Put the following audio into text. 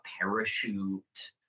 parachute